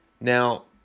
Now